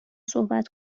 صحبت